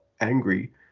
angry